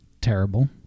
terrible